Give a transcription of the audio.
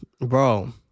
bro